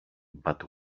but